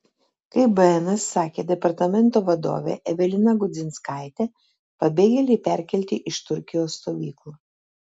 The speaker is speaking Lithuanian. kaip bns sakė departamento vadovė evelina gudzinskaitė pabėgėliai perkelti iš turkijos stovyklų